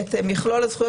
מכלול הזכויות,